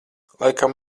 laikam